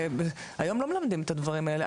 היום לא מלמדים את הדברים האלה,